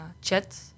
chat